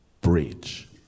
bridge